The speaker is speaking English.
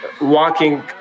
walking